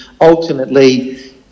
ultimately